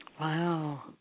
Wow